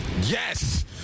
yes